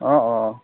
অঁ অঁ অঁ